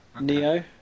Neo